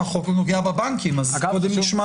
החוק נוגע בבנקים, אז קודם נשמע